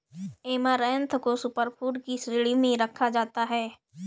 amaranth को super food की श्रेणी में भी रखा जाता है